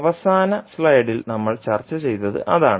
അവസാന സ്ലൈഡിൽ നമ്മൾ ചർച്ചചെയ്തത് അതാണ്